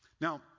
Now